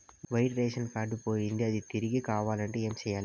white ration card పోయింది అది తిరిగి కావాలంటే ఏం సేయాలి